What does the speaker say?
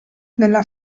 nella